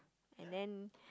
and then